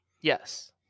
Yes